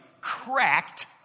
cracked